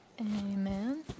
Amen